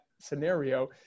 scenario